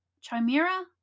Chimera